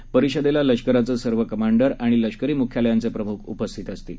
या परिषदेला लष्कराचे सर्व कमांडर आणि लष्करी मुख्यालायांचे प्रमुख उपस्थित असतील